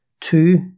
Two